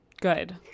good